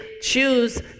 choose